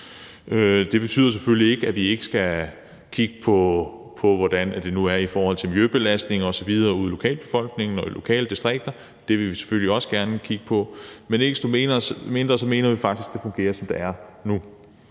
Det betyder selvfølgelig ikke, at vi ikke skal kigge på, hvordan det nu er i forhold til miljøbelastning osv. ude hos lokalbefolkningen og i lokale distrikter. Det vil vi selvfølgelig også gerne kigge på, men ikke desto mindre mener vi faktisk, det fungerer, som det er nu.